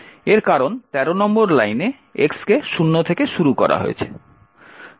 এর কারণ 13 নম্বর লাইনে x কে শূন্য থেকে শুরু করা হয়েছে